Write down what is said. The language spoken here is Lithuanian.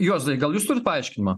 juozai gal jūs turit paaiškinimą